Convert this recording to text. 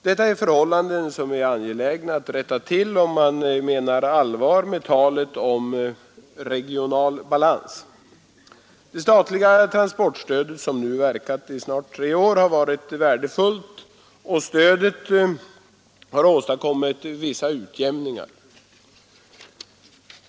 Detta är förhållanden som är angelägna att rätta till om man menar allvar med talet om regional balans. Det statliga transportstödet, som nu verkat i snart tre år, har varit värdefullt, och stödet har åstadkommit vissa utjämningar.